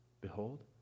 Behold